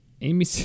Amy